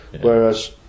Whereas